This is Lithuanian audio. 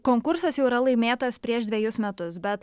konkursas jau yra laimėtas prieš dvejus metus bet